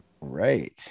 right